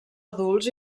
adults